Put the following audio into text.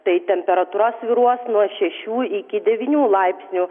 tai temperatūra svyruos nuo šešių iki devynių laipsnių